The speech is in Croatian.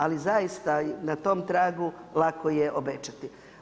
Ali zaista na tom tragu lako je obećati.